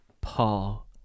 Paul